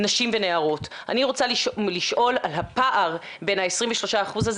הוא נעצר לצערי הרב ויכול להיות